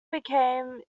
became